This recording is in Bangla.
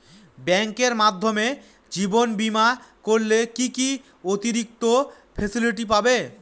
ব্যাংকের মাধ্যমে জীবন বীমা করলে কি কি অতিরিক্ত ফেসিলিটি পাব?